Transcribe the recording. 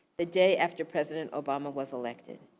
the day after president obama was elected.